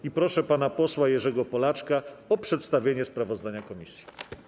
I proszę pana posła Jerzego Polaczka o przedstawienie sprawozdania komisji.